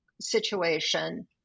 situation